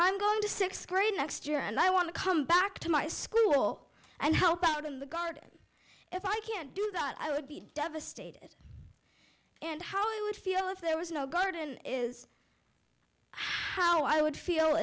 to sixth grade next year and i want to come back to my school and help out in the garden if i can't do that i would be devastated and how i would feel if there was no garden is how i would feel